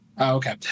Okay